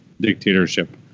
dictatorship